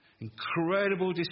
incredible